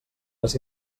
les